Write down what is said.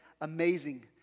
amazing